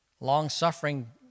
Long-suffering